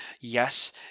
yes